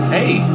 Hey